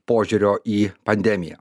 požiūrio į pandemiją